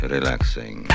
Relaxing